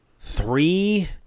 three